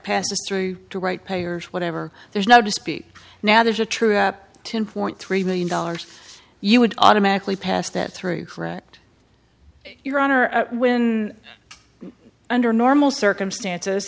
past history to write pay or whatever there's no to speak now there's a true up two point three million dollars you would automatically pass that through correct your honor when under normal circumstances